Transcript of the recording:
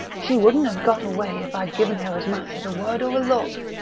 she wouldn't have got away if i'd given her as much as a word or a look!